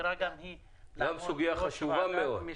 שנבחרה גם היא לעמוד בראש ועדת משנה.